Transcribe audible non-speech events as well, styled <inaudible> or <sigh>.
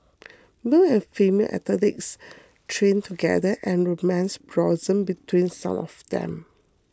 <noise> male and female athletes <noise> trained together and romance blossomed between some of them